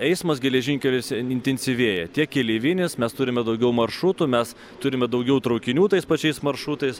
eismo eismas geležinkeliuose intensyvėja tiek keleivinis mes turime daugiau maršrutų mes turime daugiau traukinių tais pačiais maršrutais